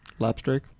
Lapstrake